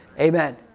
Amen